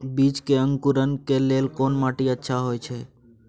बीज के अंकुरण के लेल कोन माटी अच्छा होय छै?